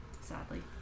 sadly